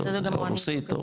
רוסית,